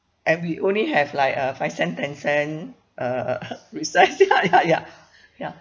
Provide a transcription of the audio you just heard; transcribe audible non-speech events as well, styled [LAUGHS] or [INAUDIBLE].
and we only have like uh five cent ten cent uh uh [LAUGHS] resize [LAUGHS] ya ya ya ya